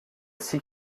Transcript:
six